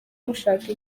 mushaka